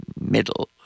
middle